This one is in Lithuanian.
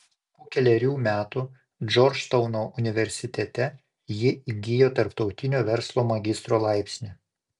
po kelerių metų džordžtauno universitete ji įgijo tarptautinio verslo magistro laipsnį